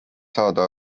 saada